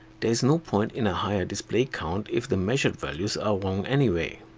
there is no point in a higher display count if the measured values are wrong anyway.